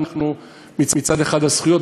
מצד אחד הזכויות,